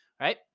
right